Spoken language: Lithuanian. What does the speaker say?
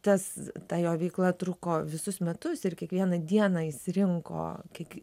tas ta jo veikla truko visus metus ir kiekvieną dieną jis rinko kiek